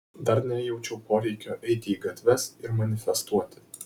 dar nejaučiu poreikio eiti į gatves ir manifestuoti